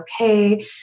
okay